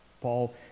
Paul